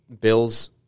Bills